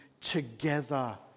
together